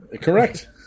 Correct